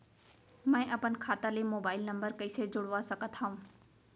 मैं अपन खाता ले मोबाइल नम्बर कइसे जोड़वा सकत हव?